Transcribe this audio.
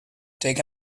take